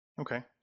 Okay